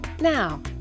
Now